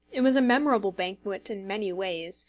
it was a memorable banquet in many ways,